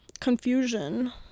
confusion